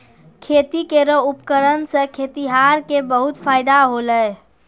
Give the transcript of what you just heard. खेती केरो उपकरण सें खेतिहर क बहुत फायदा होलय